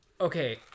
okay